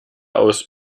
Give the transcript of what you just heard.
aus